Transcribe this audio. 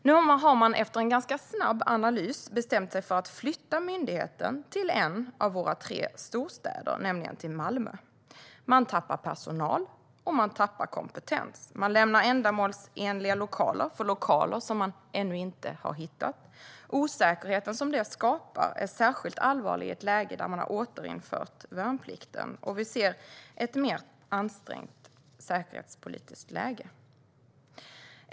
Nu har man efter en snabb analys bestämt sig för att flytta myndigheten till en av våra tre storstäder, nämligen Malmö. Man tappar personal och kompetens. Man lämnar ändamålsenliga lokaler för lokaler som man ännu inte har hittat. Osäkerheten är särskilt allvarlig i ett läge där värnplikten har återinförts och det säkerhetspolitiska läget är mer ansträngt.